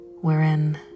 Wherein